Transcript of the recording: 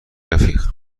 رفیق